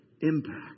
impact